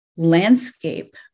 landscape